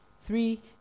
Three